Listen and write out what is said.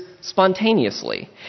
spontaneously